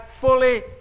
fully